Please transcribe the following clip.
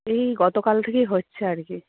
এই গতকাল থেকেই হচ্ছে আর কি